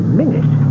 minute